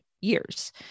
years